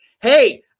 Hey